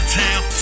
town